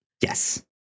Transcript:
Yes